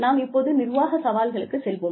நாம் இப்போது நிர்வாக சவால்களுக்குச் செல்வோம்